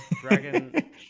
Dragon